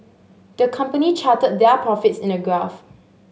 the company charted their profits in a graph